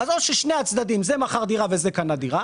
או שזה מכר דירה וזה קנה דירה